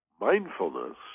mindfulness